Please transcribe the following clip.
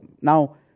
Now